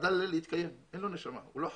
חדל להתקיים, אין לו נשמה, הוא לא חי.